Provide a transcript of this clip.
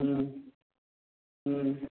हुँ हुँ